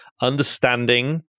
understanding